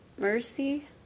mercy